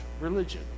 religion